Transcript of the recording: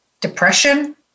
depression